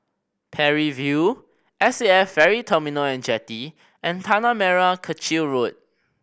Parry View S A F Ferry Terminal And Jetty and Tanah Merah Kechil Road